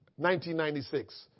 1996